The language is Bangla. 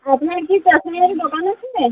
আপনার কি চাকুলিয়ায় দোকান আছে